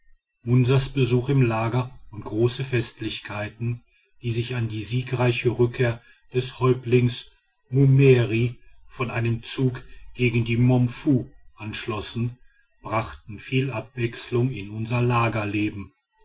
munsas besuch im lager und große festlichkeiten die sich an die siegreiche rückkehr des häuptlings mummeri von einem zug gegen die momfu anschlossen brachten viel abwechselung in unser